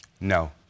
No